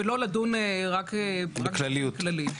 ולא לדון באופן כללי,